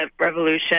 revolution